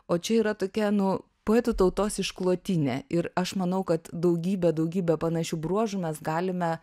o čia yra tokia nu poetų tautos išklotinė ir aš manau kad daugybę daugybę panašių bruožų mes galime